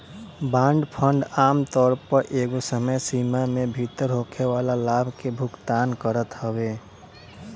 bond fund आमतौर पअ एगो समय सीमा में भीतर होखेवाला लाभ के भुगतान करत हवे